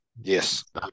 yes